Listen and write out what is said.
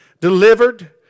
delivered